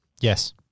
Yes